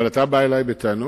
אבל אתה בא אלי בטענות?